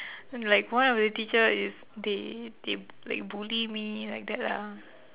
like one of the teacher is they they b~ like bully me like that lah